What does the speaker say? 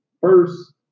First